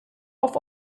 auf